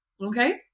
Okay